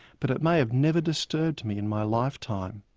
but it may have never disturbed me in my lifetime.